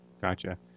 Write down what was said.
Gotcha